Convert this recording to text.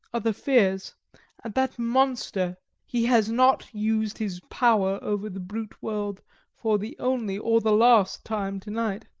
other fears and that monster he has not used his power over the brute world for the only or the last time to-night.